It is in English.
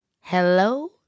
hello